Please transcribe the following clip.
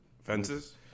Fences